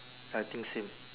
I think same